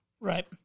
Right